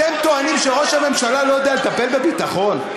אתם טוענים שראש הממשלה לא יודע לטפל בביטחון?